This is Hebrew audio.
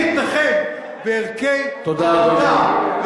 אני אתנחם בערכי העבודה,